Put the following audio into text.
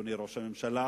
אדוני ראש הממשלה,